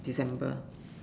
December